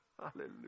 Hallelujah